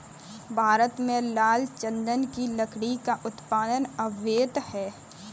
भारत में लाल चंदन की लकड़ी का उत्पादन अवैध है